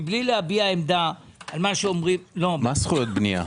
מבלי להביע עמדה על מה שאומרים --- מה זכויות בנייה?